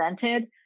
presented